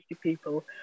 people